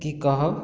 कि कहब